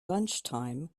lunchtime